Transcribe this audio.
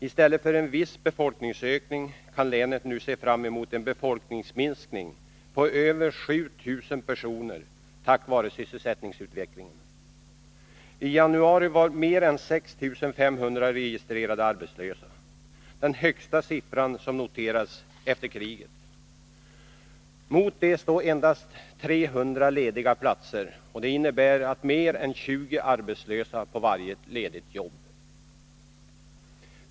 I stället för en viss befolkningsökning kan länet nu se fram emot en befolkningsminskning med över 7 000 personer på grund av sysselsättningsutvecklingen. I januari var mer än 6 500 registrerade arbetslösa — den högsta siffra som noterats efter kriget. Mot det står endast 300 lediga platser. Det innebär mer än 20 arbetslösa på varje ledigt jobb.